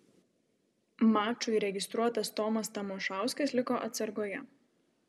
mačui registruotas tomas tamošauskas liko atsargoje